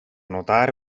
notare